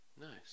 nice